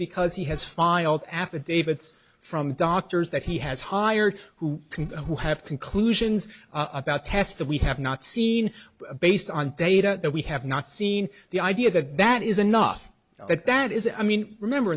because he has filed affidavits from doctors that he has hired who can who have conclusions about tests that we have not seen based on data that we have not seen the idea that that is enough that that is i mean remember